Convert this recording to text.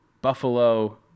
Buffalo